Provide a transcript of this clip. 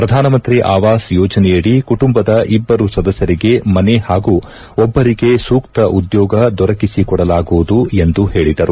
ಪ್ರಧಾನಮಂತ್ರಿ ಆವಾಸ್ ಯೋಜನೆಯಡಿ ಕುಟುಂಬದ ಇಬ್ಲರು ಸದಸ್ನರಿಗೆ ಮನೆ ಹಾಗೂ ಒಭ್ಗರಿಗೆ ಸೂಕ್ಷ ಉದ್ನೋಗ ದೊರಕಿಸಿಕೊಡಲಾಗುವುದು ಎಂದು ಹೇಳಿದರು